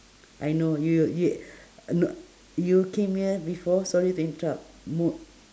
I know y~ y~ you no~ you came here before sorry to interrupt mo~